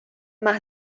más